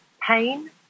pain